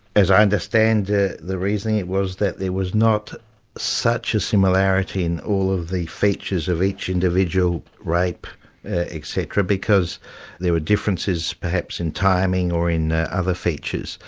as i understand the the reasoning, it was that there was not such a similarity in all of the features of each individual rape etc, because there were differences perhaps in timing or in other features.